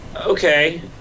Okay